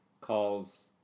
calls